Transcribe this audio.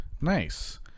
Nice